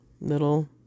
little